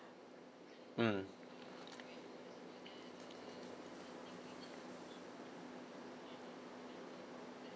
mm